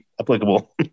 applicable